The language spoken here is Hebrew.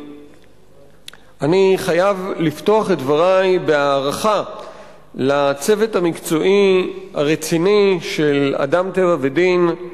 אני חייב לפתוח את דברי בהערכה לצוות המקצועי הרציני של "אדם טבע ודין",